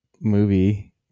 movie